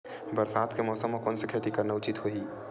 बरसात के मौसम म कोन से खेती करना उचित होही?